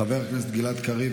חבר הכנסת גלעד קריב,